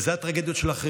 אבל אלה הטרגדיות של אחרים.